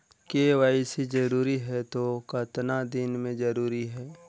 KYC जरूरी हे तो कतना दिन मे जरूरी है?